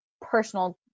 personal